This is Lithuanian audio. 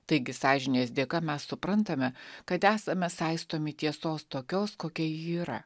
taigi sąžinės dėka mes suprantame kad esame saistomi tiesos tokios kokia ji yra